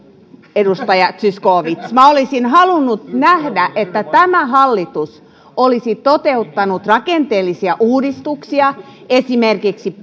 edustaja zyskowicz minä olisin halunnut nähdä että tämä hallitus olisi toteuttanut rakenteellisia uudistuksia esimerkiksi